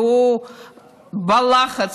והוא בלחץ,